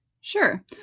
Sure